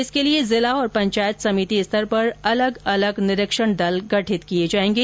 इसके लिए जिला और पंचायत समिति स्तर पर अलग अलग निरीक्षण दल गठित किए जाएंगे